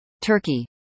Turkey